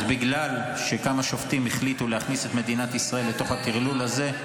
בגלל שכמה שופטים החליטו להכניס את מדינת ישראל לתוך הטרלול הזה,